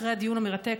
אחרי הדיון המרתק,